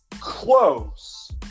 Close